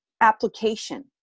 application